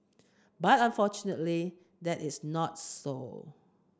but unfortunately that is not so